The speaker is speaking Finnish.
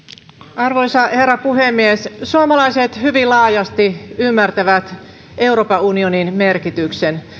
arvoisa herra puhemies suomalaiset hyvin laajasti ymmärtävät euroopan unionin merkityksen